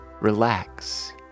Relax